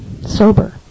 sober